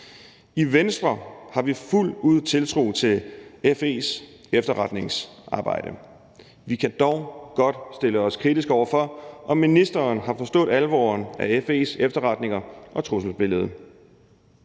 I Venstre har vi fuldt ud tiltro til FE's efterretningsarbejde. Vi kan dog godt stille os kritisk over for, om ministeren har forstået alvoren af FE's efterretninger og trusselsbillede.